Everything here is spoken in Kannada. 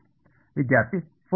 ವಿದ್ಯಾರ್ಥಿ ಫೋರಿಯರ್ ಸರಣಿ